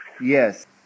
Yes